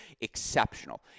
exceptional